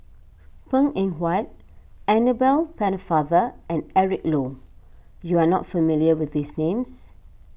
Png Eng Huat Annabel Pennefather and Eric Low you are not familiar with these names